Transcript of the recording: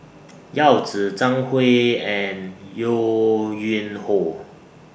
Yao Zi Zhang Hui and Yo Yuen Hoe